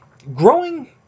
growing